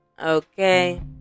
Okay